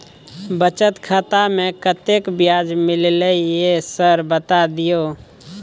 बचत खाता में कत्ते ब्याज मिलले ये सर बता दियो?